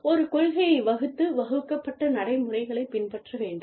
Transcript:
ஒரு கொள்கையை வகுத்து வகுக்கப்பட்ட நடைமுறைகளைப் பின்பற்ற வேண்டும்